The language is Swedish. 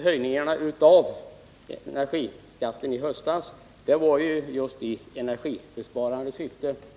Höjningen av energiskatten i höstas genomfördes just i energisparande syfte.